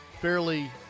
fairly